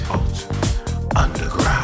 underground